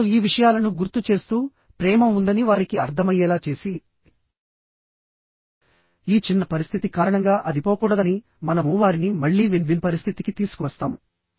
ఇప్పుడు ఈ విషయాలను గుర్తుచేస్తూ ప్రేమ ఉందని వారికి అర్థమయ్యేలా చేసి ఈ చిన్న పరిస్థితి కారణంగా అది పోకూడదని మనము వారిని మళ్లీ విన్ విన్ పరిస్థితికి తీసుకువస్తాము